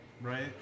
right